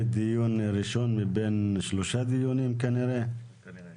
ראשון מבין כנראה שלושה דיונים שנקיים